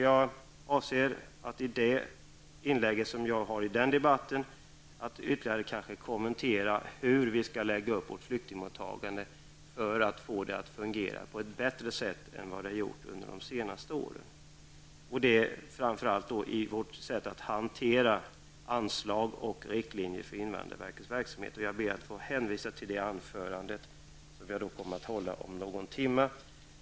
Jag avser att i mitt inlägg i den debatten ytterligare kommentera hur flyktingmottagandet skall läggas upp för att få det att fungera på ett bättre sätt än vad det har gjort under de senaste åren. Det gäller framför allt riksdagens sätt att hantera anslag och riktlinjer för invandrarverkets verksamhet. Jag ber att få hänvisa till det anförande jag kommer att hålla om någon timma.